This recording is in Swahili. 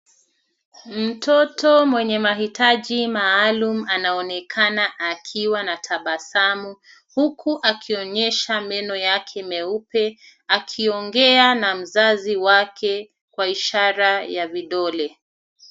Mtoto mwenye mahitaji maalum anaonekana akiwa na tabasamu huku akionyesha meno yake meupe akiongea na mzazi wake kwa ishara ya vidole.